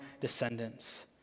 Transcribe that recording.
descendants